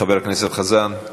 חבר הכנסת חזן,